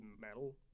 metal